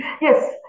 yes